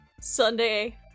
Sunday